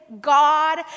God